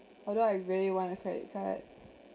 although I really want a credit card